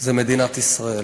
זה מדינת ישראל,